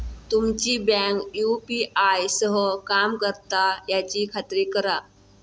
तुमची bank UPI सह काम करता याची खात्री करा